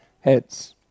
heads